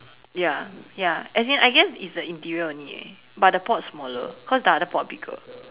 ya ya as in I guess it's the interior only eh but the pot smaller cause the other pot bigger